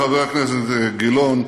חבר הכנסת גילאון,